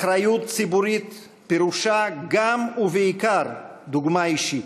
אחריות ציבורית פירושה גם, ובעיקר, דוגמה אישית,